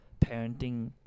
parenting